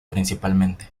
principalmente